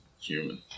human